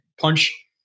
punch